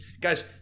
Guys